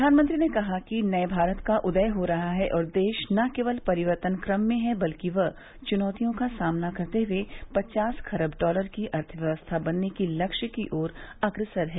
प्रधानमंत्री ने कहा कि नए भारत का उदय हो रहा है और देश न केवल परिवर्तन क्रम में है बल्कि वह चुनौतियों का सामना करते हुए पचास खरब डॉलर की अर्थव्यवस्था बनने की लक्ष्य की ओर अग्रसर है